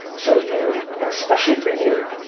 so if you, and especially for you,